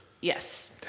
Yes